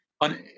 on